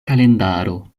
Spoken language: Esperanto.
kalendaro